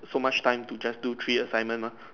so much time to just do three assignment mah